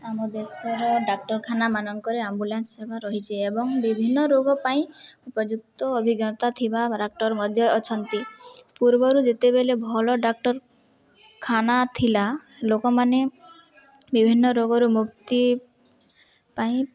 ଆମ ଦେଶର ଡାକ୍ତରଖାନାମାନଙ୍କରେ ଆମ୍ବୁଲାନ୍ସ ସେବା ରହିଛି ଏବଂ ବିଭିନ୍ନ ରୋଗ ପାଇଁ ଉପଯୁକ୍ତ ଅଭିଜ୍ଞତା ଥିବା ଡାକ୍ତର ମଧ୍ୟ ଅଛନ୍ତି ପୂର୍ବରୁ ଯେତେବେଲେ ଭଲ ଡାକ୍ତରଖାନା ଥିଲା ଲୋକମାନେ ବିଭିନ୍ନ ରୋଗରୁ ମୁକ୍ତି ପାଇଁ